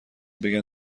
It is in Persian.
بگن